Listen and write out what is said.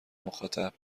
مخاطب